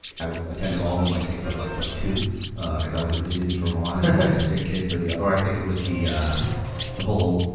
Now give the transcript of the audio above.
i attended all of them, i think, but but two, cause i was in disney for one and then i had a sick kid for the. or i think it was the the whole